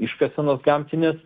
iškasenos gamtinės